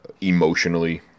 emotionally